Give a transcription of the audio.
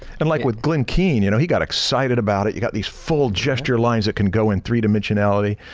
and like with glen keane, you know, he got excited about it. you got these full gesture lines that can go in three dimensionality.